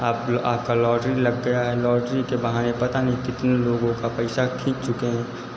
आप आपका लॉटरी लग गया है लॉटरी के बहाने पता नहीं कितने लोगों का पैसा खींच चुके हैं